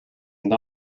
and